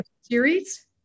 series